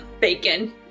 bacon